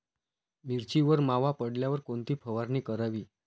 मिरचीवर मावा पडल्यावर कोणती फवारणी करावी?